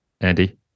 Andy